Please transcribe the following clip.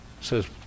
says